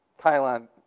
Thailand